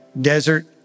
desert